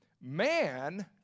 man